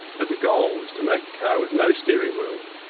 but the goal is to make a car with no steering wheel,